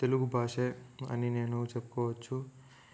తెలుగు భాషే అని నేను చెప్పుకోవచ్చు